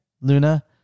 Luna